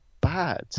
bad